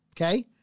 Okay